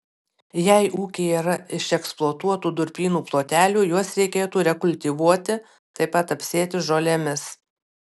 jeigu ūkyje yra išeksploatuotų durpynų plotelių juos reikėtų rekultivuoti taip pat apsėti žolėmis